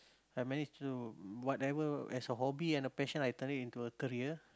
I managed to whatever as a hobby and a passion I turn it into a career